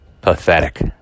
pathetic